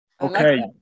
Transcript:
Okay